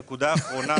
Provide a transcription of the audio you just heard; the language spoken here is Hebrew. נקודה אחרונה,